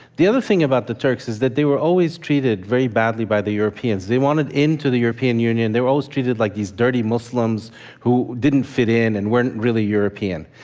the other thing about the turks is that they were always treated very badly by the europeans. they wanted into the european union. they were always treated like these dirty muslims who didn't fit in and weren't really european.